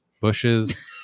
bushes